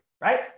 right